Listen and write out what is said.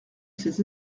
ses